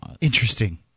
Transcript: Interesting